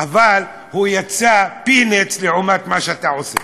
אבל הוא יצא peanuts לעומת מה שאתה עושה.